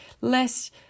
less